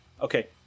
Okay